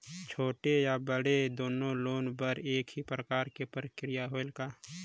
छोटे या बड़े दुनो लोन बर एक ही प्रक्रिया है का?